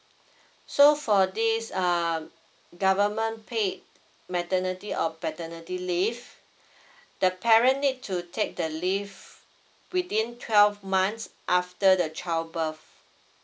so for this um government paid maternity or paternity leave the parent need to take the leave within twelve months after the childbirth